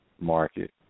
market